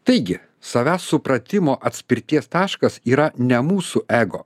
taigi savęs supratimo atspirties taškas yra ne mūsų ego